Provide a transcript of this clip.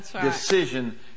decision